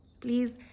Please